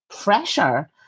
pressure